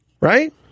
Right